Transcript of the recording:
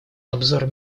обзор